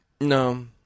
No